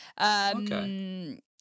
Okay